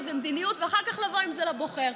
ומדיניות ואחר כך לבוא עם זה לבוחר.